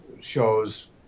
shows